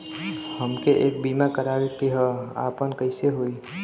हमके एक बीमा करावे के ह आपन कईसे होई?